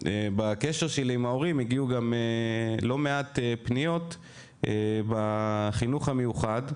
בקשר שלי עם ההורים הגיעו גם לא מעט פניות בחינוך המיוחד,